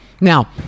now